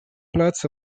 plots